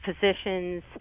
physicians